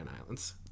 Islands